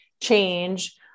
change